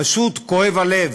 פשוט כואב הלב.